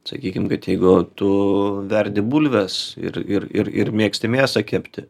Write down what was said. sakykim kad jeigu tu verdi bulves ir ir ir ir mėgsti mėsą kepti